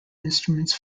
instruments